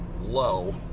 low